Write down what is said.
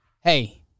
Hey